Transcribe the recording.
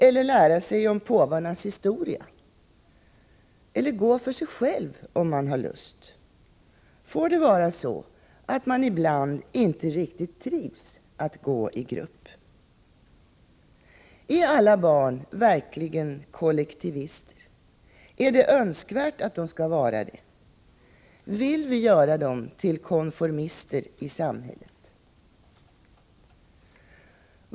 Eller lära sig om påvarnas historia? Eller gå för sig själv om man får lust? Får det vara så att man ibland inte riktigt trivs att gå i grupp? Är alla barn verkligen kollektivister? Är det önskvärt att de skall vara det? Vill vi göra dem till konformister i samhället?